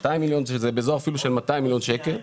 באזור אפילו 200 מיליון שקלים.